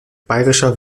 bayerischer